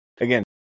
again